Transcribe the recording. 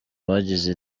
bagize